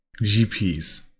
GPs